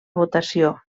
votació